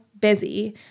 busy